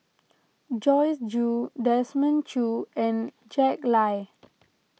Joyce Jue Desmond Choo and Jack Lai